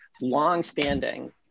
longstanding